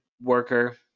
worker